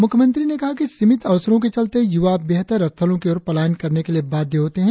मुख्यमंत्री ने कहा कि सीमित अवसरों के चलते यूवा बेहतर स्थलों की ओर पलायन करने के लिए बाध्य होते है